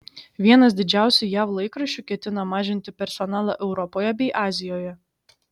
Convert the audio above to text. vienas didžiausių jav laikraščių ketina mažinti personalą europoje bei azijoje